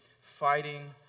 fighting